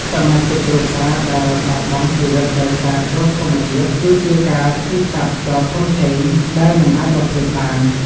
សមាជិកគ្រួសារដែលបាត់បង់ជីវិតដោយសារគ្រោះធម្មជាតិ គឺជាការឈឺចាប់ដ៏ធំធេងដែលមិនអាចបំភ្លេចបាន។